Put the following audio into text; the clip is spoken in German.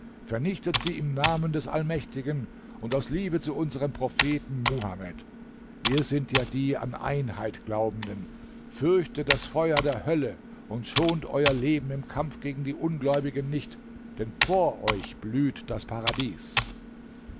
vernichtet sie im namen des allmächtigen und aus liebe zu unserem propheten muhamed wie sind ja die an einheit glaubenden fürchtet das feuer der hölle und schont euer leben im kampf gegen die ungläubigen nicht denn vor euch blüht das paradies